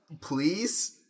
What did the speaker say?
please